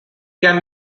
can